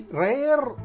rare